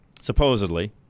supposedly